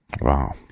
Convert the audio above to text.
wow